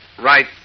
Right